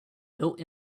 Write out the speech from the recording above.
built